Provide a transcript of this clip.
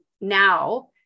now